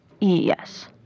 Yes